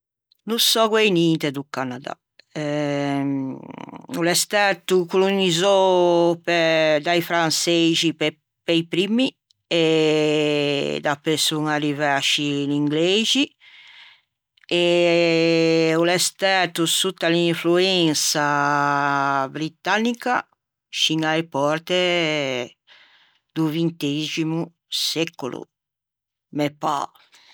No sò guæi ninte do Canada. O l'é stæto colonizzou da-i franseixi pe-i primmi, e dapeu son arrivæ ascì i ingleixi e l'o l'é stæto sotta l'influensa britannica fiña a-e pòrte do vinteximo secolo, me pâ.